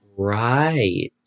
right